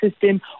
system